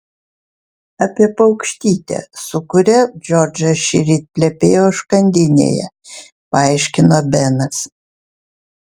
apie paukštytę su kuria džordžas šįryt plepėjo užkandinėje paaiškino benas